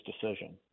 decision